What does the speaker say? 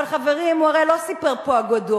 אבל, חברים, הוא הרי לא סיפר פה אגדות.